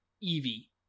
Evie